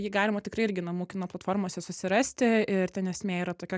jį galima tikrai irgi namų kino platformose susirasti ir ten esmė yra tokia